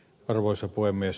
arvoisa puhemies